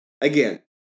Again